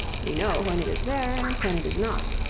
we know when it is there and when it is not.